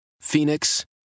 Phoenix